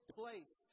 place